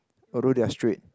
although they are straight